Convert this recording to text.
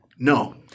No